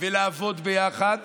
ולעבוד ביחד